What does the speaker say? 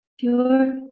Pure